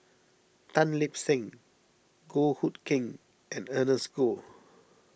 Tan Lip Seng Goh Hood Keng and Ernest Goh